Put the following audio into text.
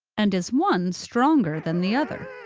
and is one stronger than the other?